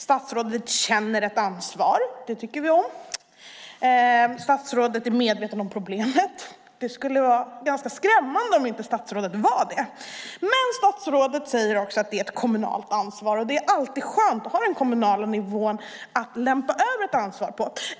Statsrådet känner ett ansvar. Det tycker vi om. Statsrådet är medveten om problemet. Det skulle vara ganska skrämmande om statsrådet inte var det. Men statsrådet säger också att det är ett kommunalt ansvar. Det är alltid skönt att ha den kommunala nivån att lämpa över ett ansvar på.